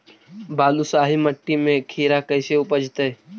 बालुसाहि मट्टी में खिरा कैसे उपजतै?